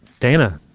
dana.